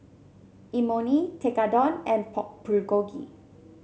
Imoni Tekkadon and Pork Bulgogi